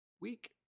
week